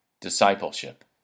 Discipleship